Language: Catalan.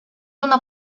una